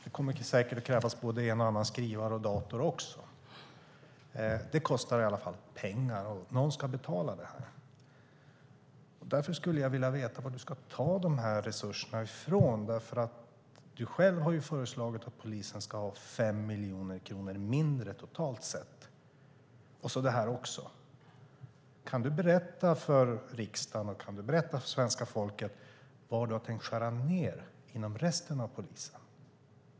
Det kommer säkert att krävas både en och annan skrivare och dator också. Det kostar i alla fall pengar och någon ska betala. Därför skulle jag vilja veta varifrån du ska ta de här resurserna. Du har ju själv föreslagit att poliserna ska ha 5 miljoner kronor mindre totalt sett och så kommer det här till. Kan du berätta för riksdagen och för svenska folket var du har tänkt skära ned inom resten av polisen?